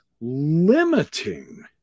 limiting